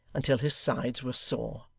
until his sides were sore.